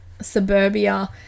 suburbia